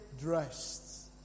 dressed